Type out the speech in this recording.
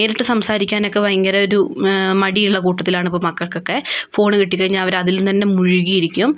നേരിട്ട് സംസാരിക്കാനൊക്കെ ഭയങ്കര ഒരു മടിയുള്ള കൂട്ടത്തിലാണ് മക്കൾക്കൊക്കെ ഫോൺ കിട്ടിക്കഴിഞ്ഞാൽ അവരതിൽ തന്നെ മുഴുകി ഇരിക്കും